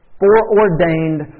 foreordained